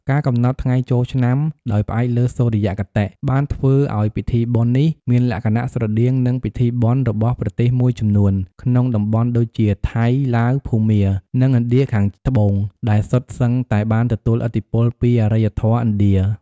ការកំណត់ថ្ងៃចូលឆ្នាំដោយផ្អែកលើសុរិយគតិ បានធ្វើឲ្យពិធីបុណ្យនេះមានលក្ខណៈស្រដៀងនឹងពិធីបុណ្យរបស់ប្រទេសមួយចំនួនក្នុងតំបន់ដូចជា ថៃ ឡាវ ភូមា និងឥណ្ឌាខាងត្បូង ដែលសុទ្ធសឹងតែបានទទួលឥទ្ធិពលពីអរិយធម៌ឥណ្ឌា។